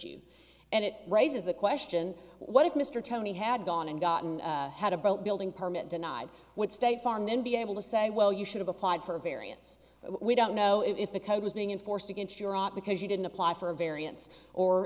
you and it raises the question what if mr tony had gone and gotten had a boat building permit denied with state farm then be able to say well you should've applied for a variance we don't know if the code was being enforced against your op because you didn't apply for a variance or